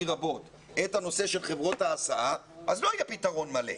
רבות את הנושא של חברות ההסעה אז לא יהיה פתרון מלא.